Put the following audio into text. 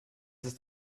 ist